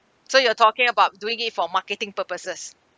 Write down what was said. so you're talking about doing it for marketing purposes